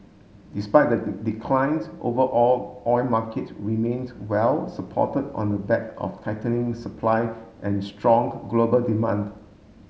despite the decline overall oil markets remaines well supported on the back of tightening supply and strong global demand